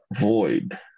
void